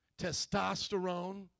testosterone